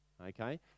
Okay